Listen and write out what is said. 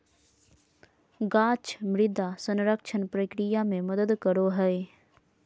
गाछ मृदा संरक्षण प्रक्रिया मे मदद करो हय